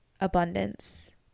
abundance